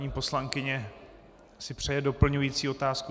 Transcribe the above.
Paní poslankyně si přeje doplňující otázku?